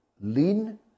lean